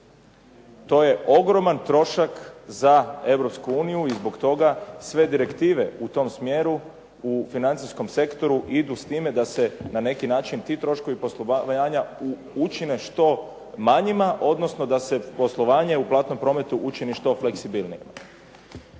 To je ogroman trošak za Europsku uniju i zbog toga sve direktive u tom smjeru u financijskom sektoru idu s time da se na neki način ti troškovi poslovanja učine što manjima, odnosno da se poslovanje u platnom prometu učini što fleksibilnijim.